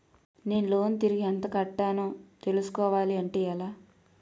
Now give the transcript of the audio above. నేను లోన్ తిరిగి ఎంత కట్టానో తెలుసుకోవాలి అంటే ఎలా?